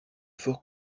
forts